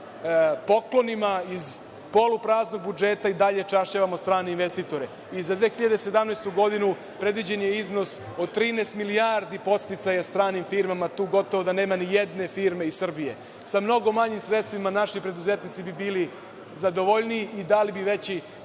sa poklonima iz polupraznog budžeta i dalje čašćavamo strane investitore.Za 2017. godinu predviđen je iznos od 13 milijardi podsticaja stranim firmama. Tu gotovo da nema ni jedne firme iz Srbije. Sa mnogo manjim sredstvima naši preduzetnici bi bili zadovoljniji i dali bi veći